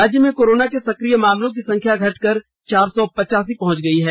राज्य में कोरोना के सकिय मामलों की संख्या घटकर चार सौ पचासी पहुंच गई है